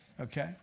Okay